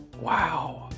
Wow